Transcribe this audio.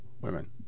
women